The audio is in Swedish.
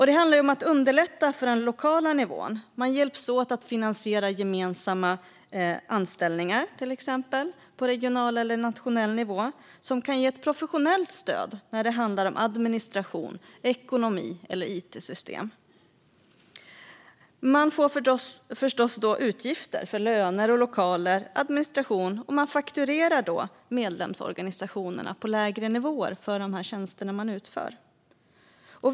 Det handlar om att underlätta för den lokala nivån. Man hjälps till exempel åt att finansiera gemensamma anställningar på regional eller nationell nivå, som kan ge ett professionellt stöd när det handlar om administration, ekonomi eller it-system. Då får man förstås utgifter för löner, lokaler och administration och fakturerar medlemsorganisationerna på lägre nivåer för de tjänster man utför.